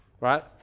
right